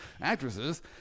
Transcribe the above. actresses